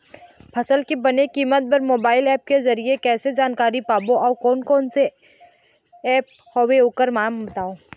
फसल के बने कीमत बर मोबाइल ऐप के जरिए कैसे जानकारी पाबो अउ कोन कौन कोन सा ऐप हवे ओकर नाम बताव?